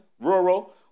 rural